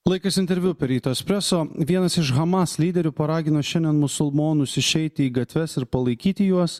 laikas interviu per ryto espreso vienas iš hamas lyderių paragino šiandien musulmonus išeiti į gatves ir palaikyti juos